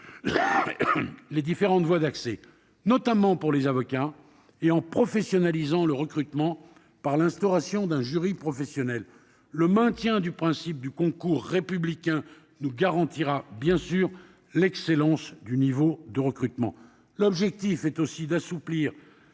les différentes voies d'accès, notamment pour les avocats, et en professionnalisant le recrutement par l'instauration d'un jury professionnel. Le maintien du principe du concours républicain nous garantira évidemment l'excellence du niveau de recrutement. L'objectif est aussi d'assouplir